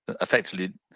effectively